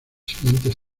siguientes